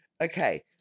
Okay